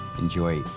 enjoy